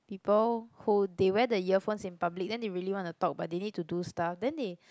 people who they wear the earphones in public then they really wanna talk but they need to do stuff then they